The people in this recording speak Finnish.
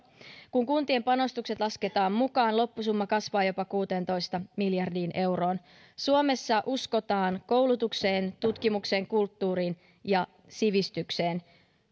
kun kuntien panostukset lasketaan mukaan loppusumma kasvaa jopa kuuteentoista miljardiin euroon suomessa uskotaan koulutukseen tutkimukseen kulttuuriin ja sivistykseen